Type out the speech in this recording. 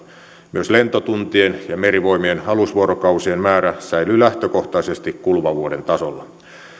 myös lentotuntien ja merivoimien alusvuorokausien määrä säilyy lähtökohtaisesti kuluvan vuoden tasolla